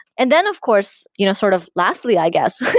and then, of course, you know sort of lastly, i guess,